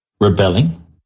rebelling